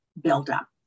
buildup